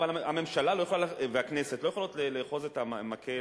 אבל הממשלה והכנסת לא יכולות לאחוז את המקל,